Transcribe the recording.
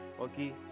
Okay